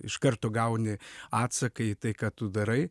iš karto gauni atsaką į tai ką tu darai